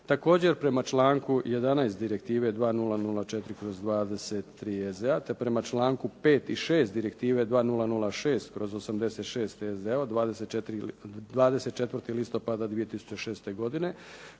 Također, prema članku 11. Direktive 2004/23 EZ-a te prema članku 5. i 6. Direktive 2006/86 EZ-a od 24. listopada 2006. godine